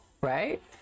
right